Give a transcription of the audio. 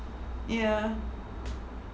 ya